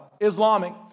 Islamic